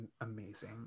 amazing